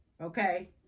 Okay